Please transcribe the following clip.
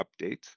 updates